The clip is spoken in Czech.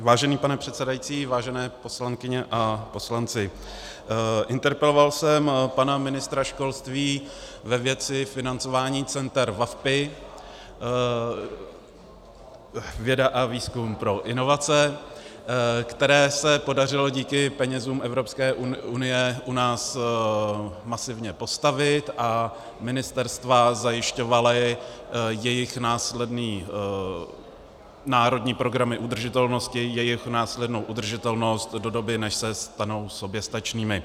Vážený pane předsedající, vážené poslankyně a poslanci, interpeloval jsem pana ministra školství ve věci financování center VaVpI Věda a výzkum pro inovace, která se podařilo díky penězům Evropské unie u nás masivně postavit, a ministerstva zajišťovala jejich následné národní programy udržitelnosti, jejich následnou udržitelnost do doby, než se stanou soběstačnými.